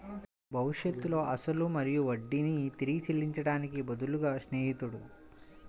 భవిష్యత్తులో అసలు మరియు వడ్డీని తిరిగి చెల్లించడానికి బదులుగా స్నేహితుడు